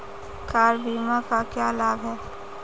Car बीमा का क्या लाभ है?